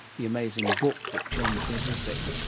the amazing book that changed everything.